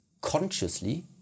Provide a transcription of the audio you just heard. consciously